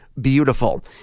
beautiful